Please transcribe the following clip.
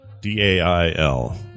D-A-I-L